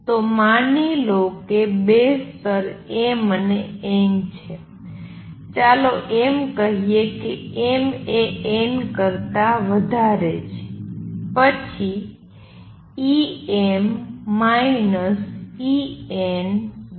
તો માની લો કે બે સ્તર m અને n છે ચાલો એમ કહીએ કે m એ n કરતા વધારે છે પછી hmn છે